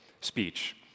speech